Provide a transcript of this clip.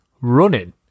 running